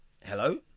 Hello